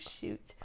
shoot